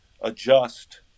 adjust